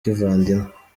kivandimwe